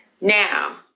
Now